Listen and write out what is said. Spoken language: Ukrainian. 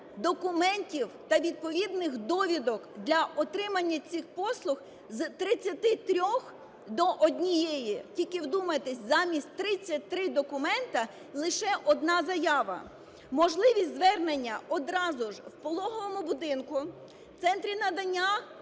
документів та відповідних довідок для отримання цих послуг з 33-х до однієї. Тільки вдумайтесь: замість 33 документи лише одна заява. Можливість звернення одразу ж в пологовому будинку, Центрі надання